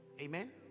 Amen